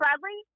bradley